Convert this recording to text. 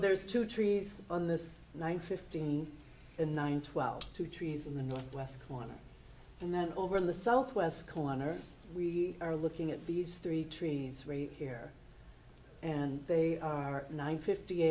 there's two trees on this one fifteen and nine twelve two trees in the northwest corner and then over in the southwest corner we are looking at these three trees free here and they are nine fifty